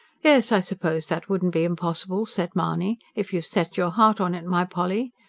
yes, i suppose that wouldn't be impossible, said mahony. if you've set your heart on it, my polly.